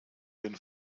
den